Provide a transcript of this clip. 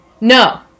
No